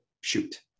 shoot